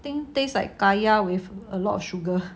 think taste like kaya with a lot of sugar